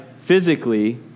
physically